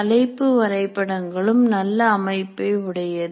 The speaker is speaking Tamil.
தலைப்பு வரைபடங்களும் நல்ல அமைப்பை உடையது